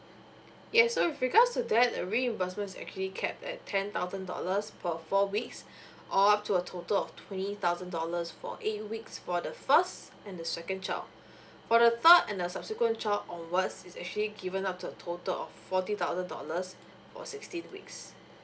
yes so with regards to that the reimbursement is actually capped at ten thousand dollars per four weeks or up to a total of twenty thousand dollars for eight weeks for the first and the second child for the third and the subsequent child onwards is actually given up to a total of forty thousand dollars for sixteen weeks